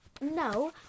No